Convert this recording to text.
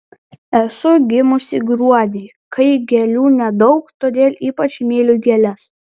esu gimusi gruodį kai gėlių nedaug todėl ypač myliu gėles